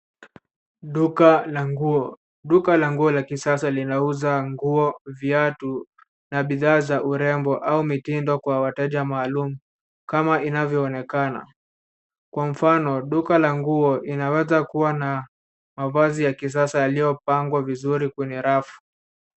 Duka la nguo. Duka la nguo la kisasa linauza nguo, viatu na bidhaa za urembo au mitindo kwa wateja maalum kama inavyoonekana. Kwa mfano, duka la nguo inaweza kuwa na mavazi ya kisasa yaliyopangwa vizuri kwenye rafu.